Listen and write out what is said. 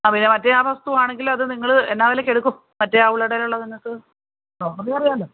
ആ പിന്നെ മറ്റേ ആ വസ്തുവാണെങ്കിൽ അത് നിങ്ങൾ എന്നാ വിലക്ക് എടുക്കും മറ്റേ ആ ഉള്ളടയിലുള്ളത് നിങ്ങൾക്ക് പ്രോപ്പര്ട്ടി അറിയാമല്ലോ